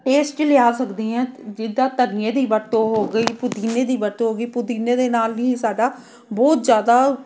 taste ਲਿਆ ਸਕਦੇ ਹਾਂ ਜਿੱਦਾਂ ਧਨੀਏ ਦੀ ਵਰਤੋਂ ਹੋ ਗਈ ਪੁਦੀਨੇ ਦੀ ਵਰਤੋਂ ਹੋ ਗਈ ਪੁਦੀਨੇ ਦੇ ਨਾਲ ਵੀ ਸਾਡਾ ਬਹੁਤ ਜ਼ਿਆਦਾ